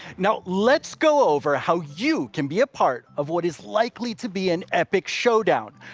now let's go over how you can be a part of what is likely to be an epic showdown.